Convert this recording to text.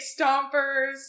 Stompers